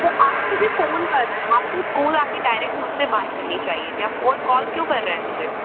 तो आप मुझे फ़ोन कर रहे हैं आपको इस्कूल आके डायरेक्ट मुझसे बात करनी चाहिए थी आप फ़ोल कॉल क्यों कर रहे हैं मुझे